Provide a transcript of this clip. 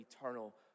eternal